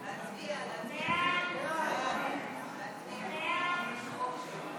מוצע כי יושב-ראש הוועדה יהיה חבר הכנסת יעקב